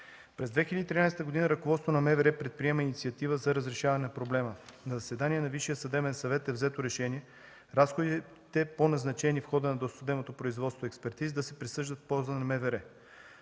През 2013 г. ръководството на МВР предприема инициатива за разрешаване на проблема. На заседание на Висшия съдебен съвет е взето решение разходите по назначени в хода на съдебното производство експертизи да се присъждат в полза на МВР.